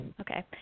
Okay